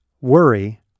worry